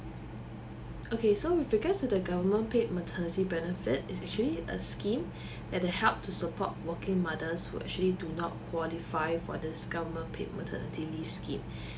okay so with regards to the government paid maternity benefits is actually a scheme and it helps to support working mothers who actually do not qualify for this government paid maternity leave scheme